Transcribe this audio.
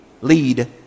lead